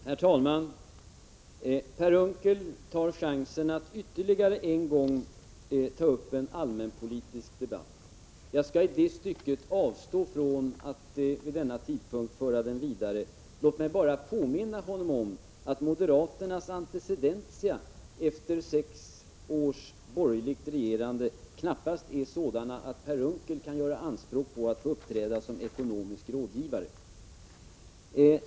Herr talman! Per Unckel tar chansen att ytterligare en gång ta upp en allmänpolitisk debatt. Jag skall avstå från att vid denna tidpunkt föra den vidare. Låt mig bara påminna honom om att moderaternas antecedentia efter sex års borgerligt regerande knappast är sådana att Per Unckel kan göra anspråk på att få uppträda som ekonomisk rådgivare.